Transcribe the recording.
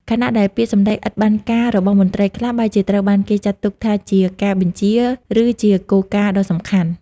ខណៈដែលពាក្យសម្ដីឥតបានការរបស់មន្ត្រីខ្លះ បែរជាត្រូវបានគេចាត់ទុកជាការបញ្ជា ឬជាគោលការណ៍ដ៏សំខាន់។